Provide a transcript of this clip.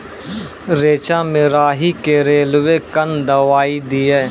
रेचा मे राही के रेलवे कन दवाई दीय?